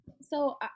So-